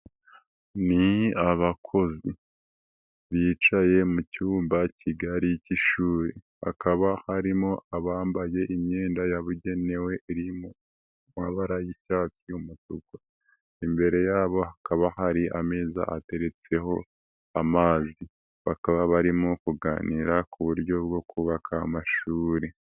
Ni abakozi, bicaye mu cyumba kigali cy'ishuri, hakaba harimo abambaye imyenda yabugenewe iri mu mabara y'icyatsi, umutuku. Imbere yabo hakaba hari ameza ateretseho amazi, bakaba barimo kuganira ku buryo bwo kubaka amashuri